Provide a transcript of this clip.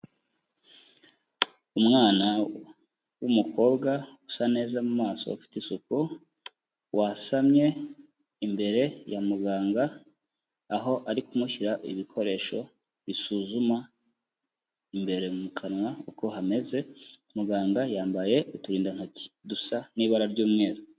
Umwana w'umukobwa usa neza mu maso, ufite isuku, wasamye imbere ya muganga, aho ari kumushyira ibikoresho bisuzuma imbere mu kanwa, uko hameze, muganga yambaye uturindantoki dusa n'ibara ry'umweru.